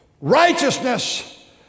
righteousness